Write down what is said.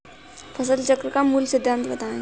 फसल चक्र का मूल सिद्धांत बताएँ?